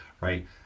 right